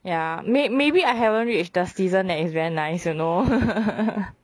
ya may maybe I haven't reach the season that is very nice you know